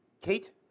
Kate